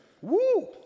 Woo